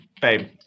babe